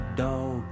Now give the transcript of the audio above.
dog